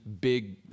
big